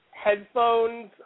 headphones